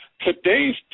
Today's